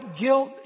guilt